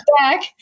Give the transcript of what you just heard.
back